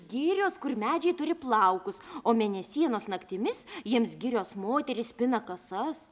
girios kur medžiai turi plaukus o mėnesienos naktimis jiems girios moterys pina kasas